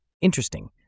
Interesting